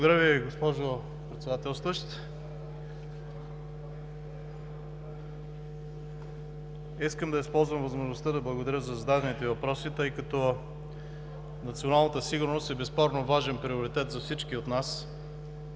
Благодаря Ви, госпожо Председателстващ. Искам да използвам възможността да благодаря за зададените въпроси, тъй като националната сигурност е безспорно важен приоритет за всички нас,